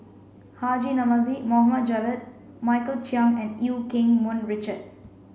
Haji Namazie Mohd Javad Michael Chiang and Eu Keng Mun Richard